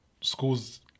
schools